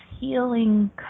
healing